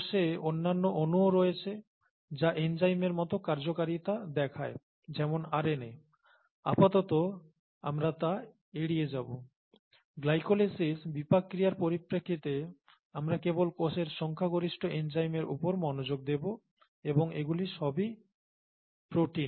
কোষে অন্যান্য অণুও রয়েছে যা এনজাইমের মত কার্যকারিতা দেখায় যেমন আরএনএ আপাতত আমরা তা এড়িয়ে যাব গ্লাইকোলিসিস বিপাক ক্রিয়ার পরিপ্রেক্ষিতে আমরা কেবল কোষের সংখ্যাগরিষ্ঠ এনজাইমের উপর মনোযোগ দেব এবং এগুলো সবই প্রোটিন